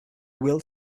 will